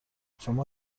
شما